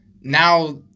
now